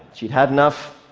she'd had enough,